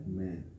man